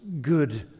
good